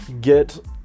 get